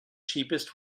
cheapest